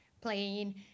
playing